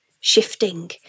shifting